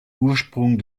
ursprung